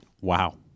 Wow